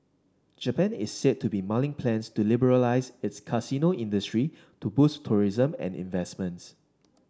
Japan is said to be mulling plans to liberalise its casino industry to boost tourism and investments